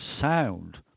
sound